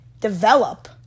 develop